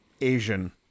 Asian